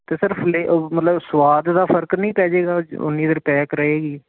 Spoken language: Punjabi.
ਅਤੇ ਸਰ ਫਲੇ ਮਤਲਬ ਸਵਾਦ ਦਾ ਫ਼ਰਕ ਨਹੀਂ ਪੈ ਜਾਵੇਗਾ ਉ ਉੰਨੀ ਦੇਰ ਪੈਕ ਰਹੇਗੀ